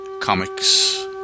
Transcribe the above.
Comics